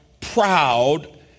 proud